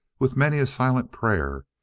with many a silent prayer,